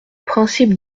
principe